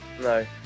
No